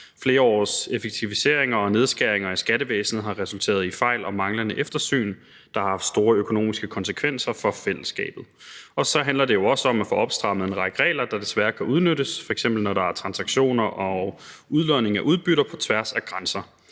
Flere års effektiviseringer og nedskæringer af skattevæsenet har resulteret i fejl og manglende eftersyn, der har haft store økonomiske konsekvenser for fællesskabet. Så handler det jo også om at få opstrammet en række regler, der desværre kan udnyttes, f.eks. når der er transaktioner og udlodning af udbytter på tværs af grænser.